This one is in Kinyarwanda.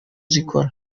zikozwe